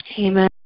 Amen